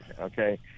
Okay